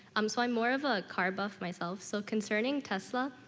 um so i'm more of a car buff, myself, so concerning tesla,